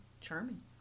charming